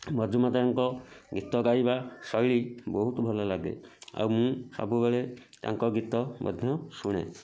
ମଜୁମଦାରଙ୍କ ଗୀତ ଗାଇବା ଶୈଳୀ ବହୁତ ଭଲ ଲାଗେ ଆଉ ମୁଁ ସବୁବେଳେ ତାଙ୍କ ଗୀତ ମଧ୍ୟ ଶୁଣେ